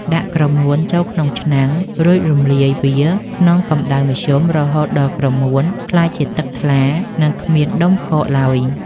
ដាក់ក្រមួនចូលក្នុងឆ្នាំង រួចរំលាយវាក្នុងកម្ដៅមធ្យមរហូតដល់ក្រមួនក្លាយជាទឹកថ្លា និងគ្មានដុំកកឡើយ។